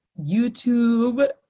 YouTube